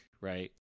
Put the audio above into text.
right